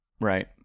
Right